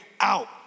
out